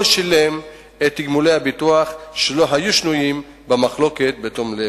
שילם את תגמולי הביטוח שלא היו שנויים במחלוקת בתום לב.